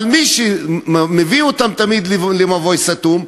אבל מי שמביא אותם תמיד למבוי סתום,